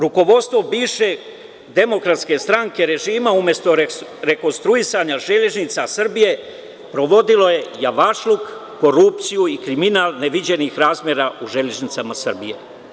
Rukovodstvo bivšeg DS režima umesto rekonstruisana Železnica Srbije provodilo je javašluk, korupciju i kriminal neviđenih razmera u Železnicama Srbije.